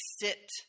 sit